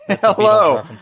Hello